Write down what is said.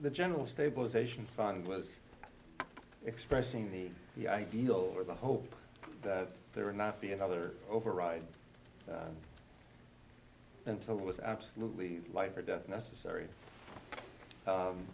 the general stabilization fund was expressing the ideal or the hope there would not be another override until it was absolutely life or death necessary